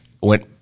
went